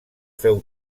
feu